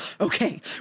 Okay